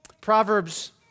Proverbs